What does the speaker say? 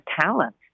talent